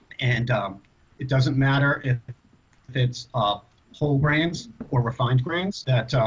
and it doesn't matter if it's a whole grains or refined grains that